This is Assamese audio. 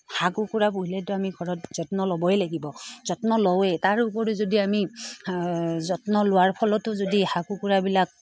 হাঁহ কুকুৰা পুহিলেতো আমি ঘৰত যত্ন ল'বই লাগিব যত্ন লওঁৱে তাৰ উপৰি যদি আমি যত্ন লোৱাৰফলতো যদি হাঁহ কুকুৰাবিলাক